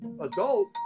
adult